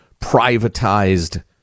privatized